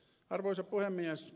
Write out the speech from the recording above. arvoisa puhemies